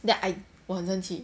then I 我很生气